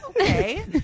okay